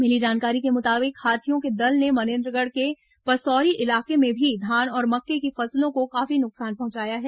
मिली जानकारी के मुताबिक हाथियों के दल ने मनेन्द्रगढ़ के पसौरी इलाके में भी धान और मक्के की फसलों को काफी नुकसान पहंचाया है